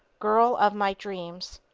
girl of my dreams.